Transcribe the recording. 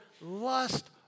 lust